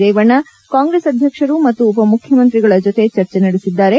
Revanna Congress ಅಧ್ಯಕ್ಷರು ಮತ್ತು ಉಪ ಮುಖ್ಯಮಂತ್ರಿಗಳ ಜೊತೆ ಚರ್ಚೆ ನಡೆಸಿದ್ದಾರೆ